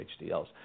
HDLs